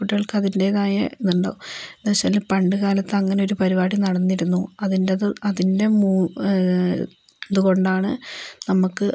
കുട്ടികൾക്ക് അതിൻ്റേതായ ഇതുണ്ടാവും എന്നുവെച്ചാല് പണ്ടുകാലത്ത് അങ്ങനെയൊരു പരിപാടി നടന്നിരുന്നു അതിൻ്റത് അതിൻ്റെ ഇതുകൊണ്ടാണ് നമുക്ക്